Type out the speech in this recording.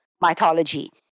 mythology